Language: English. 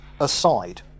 aside